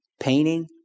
painting